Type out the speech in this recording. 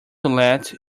let